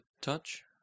touch